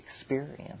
experience